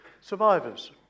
Survivors